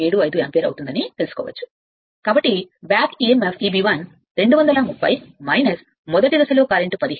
75 ampere అవుతుందని తెలుసుకోవచ్చు కాబట్టి బ్యాక్ emf Eb 1 230 మొదటి దశ కరెంట్ 15